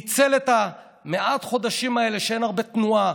ניצל את מעט החודשים האלה שבהם אין הרבה תנועה,